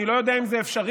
אני לא יודע אם זה אפשרי,